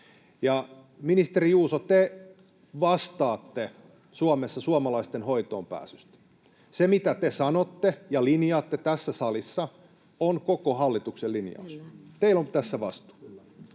Ministeri Juuso, te vastaatte Suomessa suomalaisten hoitoonpääsystä. Se, mitä te sanotte ja linjaatte tässä salissa, on koko hallituksen linjaus. Teillä on tässä vastuu.